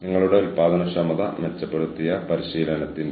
മുതിർന്നവർ പോകുമ്പോൾ പുതിയ ആളുകളെ ലഭിക്കുന്നു